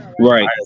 right